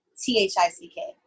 T-H-I-C-K